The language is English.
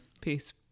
peace